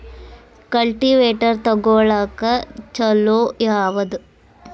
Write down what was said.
Cultivator ತೊಗೊಳಕ್ಕ ಛಲೋ ಯಾವದ?